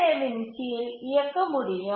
ஏ இன் கீழ் இயக்க முடியும்